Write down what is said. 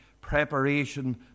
preparation